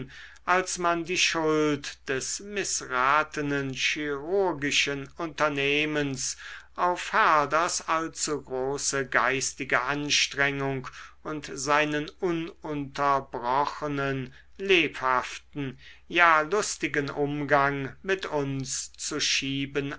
als man die schuld des mißratenen chirurgischen unternehmens auf herders allzu große geistige anstrengung und seinen ununterbrochenen lebhaften ja lustigen umgang mit uns zu schieben